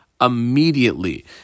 immediately